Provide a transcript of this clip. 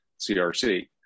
CRC